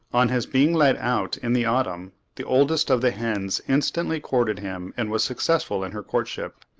on his being let out in the autumn, the oldest of the hens instantly courted him and was successful in her courtship.